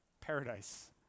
paradise